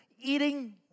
eating